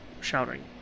shouting